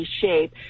shape